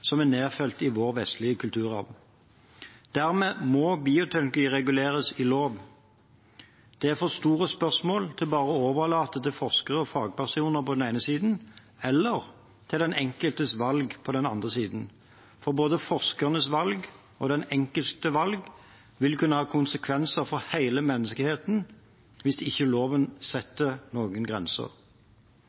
nedfelt i vår vestlige kulturarv. Dermed må bioteknologi reguleres i lov. Det er for store spørsmål til bare å overlate til forskere og fagpersoner på den ene siden eller til den enkeltes valg på den andre siden, for både forskerens valg og den enkeltes valg vil kunne ha konsekvenser for hele menneskeheten hvis ikke loven setter noen grenser.